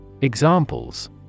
Examples